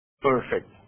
perfect